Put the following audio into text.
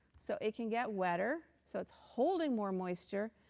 so it can get wetter. so it's holding more moisture.